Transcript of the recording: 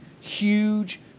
huge